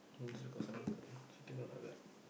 still got some sitting on my lap